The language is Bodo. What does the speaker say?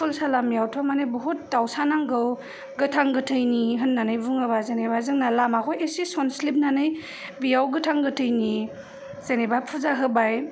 फुल सालामियावथ मानि बहुद दावसा नांगौ गोथां गोथैनि होननानै बुङोबा जेनेबा जोंना लामाखौ एसे सनस्लिबनानै बेयाव गोथां गोथैनि जेनोबा फुजा होबाय